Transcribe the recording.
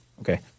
Okay